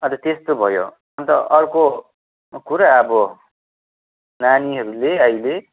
अन्त त्यस्तो भयो अन्त अर्को कुरा अब नानीहरूले अहिले